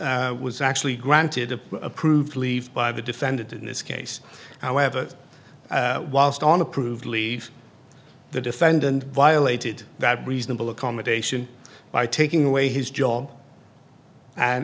and was actually granted a approved leave by the defendant in this case however whilst on approved leave the defendant violated that reasonable accommodation by taking away his job